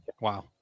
Wow